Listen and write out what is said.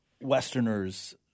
Westerners